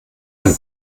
ein